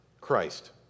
Christ